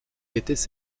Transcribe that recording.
étaient